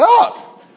up